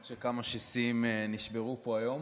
למרות שכמה שיאים נשברו פה היום.